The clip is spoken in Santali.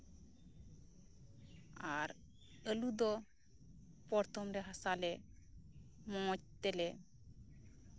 ᱟᱨ ᱟᱹᱞᱩ ᱫᱚ ᱯᱨᱚᱛᱷᱚᱢ ᱨᱮ ᱦᱟᱥᱟ ᱞᱮ ᱢᱚᱸᱡᱽ ᱛᱮᱞᱮ